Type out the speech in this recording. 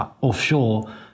offshore